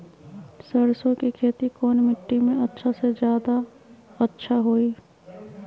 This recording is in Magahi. सरसो के खेती कौन मिट्टी मे अच्छा मे जादा अच्छा होइ?